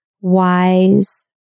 wise